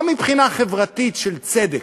לא מבחינה חברתית של צדק,